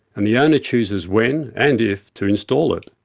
and the owner chooses when and if to install it.